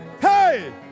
Hey